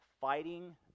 fighting